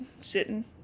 sitting